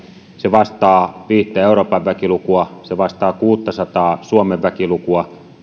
se vastaa viittä euroopan väkilukua se vastaa kuuttasataa suomen väkilukua